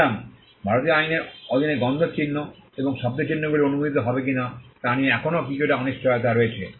সুতরাং ভারতীয় আইনের অধীনে গন্ধ চিহ্ন এবং শব্দ চিহ্নগুলি অনুমোদিত হবে কিনা তা নিয়ে এখনও কিছুটা অনিশ্চয়তা রয়েছে